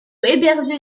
héberger